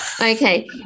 okay